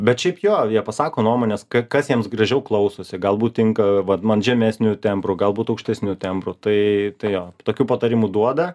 bet šiaip jo pasako nuomonės kad kas jiems gražiau klausosi galbūt tinka vat man žemesniu tembru galbūt aukštesniu tembru tai tai jo tokių patarimų duoda